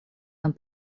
нам